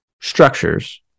structures